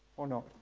or not?